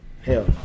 Hell